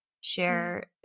share